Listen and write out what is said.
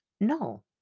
No